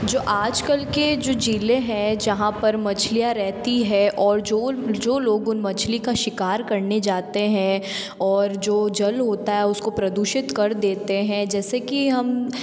जो आज कल के जो ज़िले हैं जहाँ पर मछलियाँ रहती हैं और जो जो लोग उन मछली का शिकार करने जाते हैं और जो जल होता है उस को प्रदूषित कर देते हैं जैसे कि हम